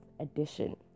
edition